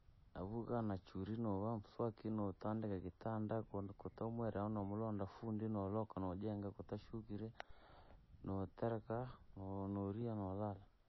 Navuuka na churii, novaa mswakii, notandika kitandaa, kotohomwira nu nomlonda fundi, noloka nojenga kutoshukiree, notereka, no- noriaa nolala.